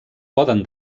poden